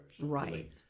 Right